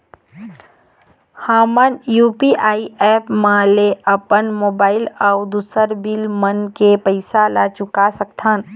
हमन UPI app ले अपन मोबाइल अऊ दूसर बिल मन के पैसा ला चुका सकथन